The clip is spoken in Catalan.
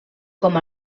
com